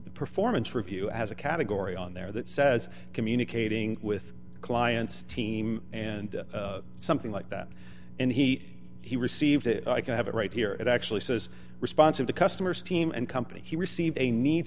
the performance review as a category on there that says communicating with client's team and something like that and he he received it i can have it right here it actually says response of the customers team and company he received a need